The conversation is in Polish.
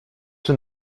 czy